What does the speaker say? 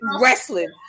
wrestling